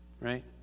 right